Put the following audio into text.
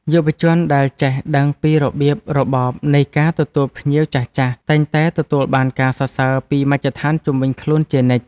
យុវជនដែលចេះដឹងពីរបៀបរបបនៃការទទួលភ្ញៀវចាស់ៗ តែងតែទទួលបានការសរសើរពីមជ្ឈដ្ឋានជុំវិញខ្លួនជានិច្ច។